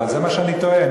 אבל זה מה שאני טוען.